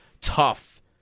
tough